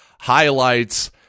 highlights